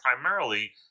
primarily